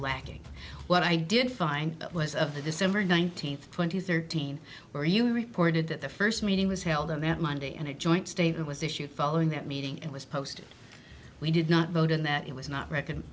lacking what i did find was of the december nineteenth twenty thirteen where you reported that the first meeting was held on that monday and a joint statement was issued following that meeting and was posted we did not vote and that it was not reckon